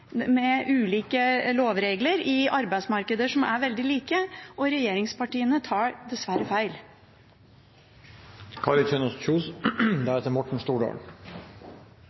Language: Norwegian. med ulike lover i arbeidsmarkeder som er veldig like. Regjeringspartiene tar dessverre feil.